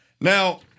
Now